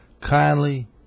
kindly